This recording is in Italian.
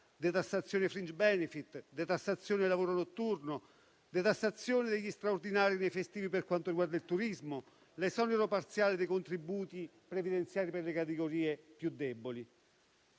detassazione dei *fringe benefit*, la detassazione del lavoro notturno, la detassazione degli straordinari nei festivi per quanto riguarda il turismo, l'esonero parziale dei contributi previdenziali per le categorie più deboli.